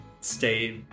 stay